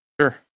sure